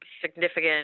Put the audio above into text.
significant